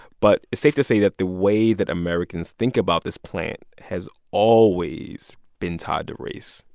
but it's safe to say that the way that americans think about this plant has always been tied to race.